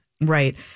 right